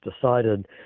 decided